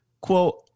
Quote